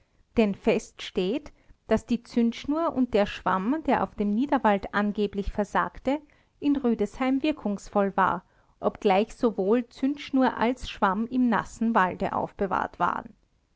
denn fest steht daß die zündschnur und der schwamm der auf dem niederwald angeblich versagte in rüdesheim wirkungsvoll war obgleich sowohl zündschnur als schwamm im nassen walde aufbewahrt waren